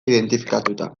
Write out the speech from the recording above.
identifikatua